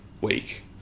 week